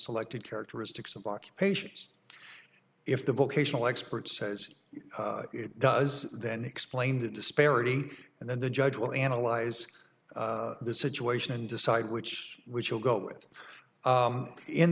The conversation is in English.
selected characteristics of occupations if the vocational expert says it does then explain the disparity and then the judge will analyze the situation and decide which which will go with